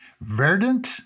verdant